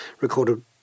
recorded